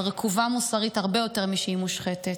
אבל רקובה מוסרית, הרבה יותר משהיא מושחתת.